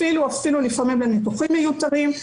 אפילו לפעמים לניתוחים מיותרים,